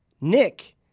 Nick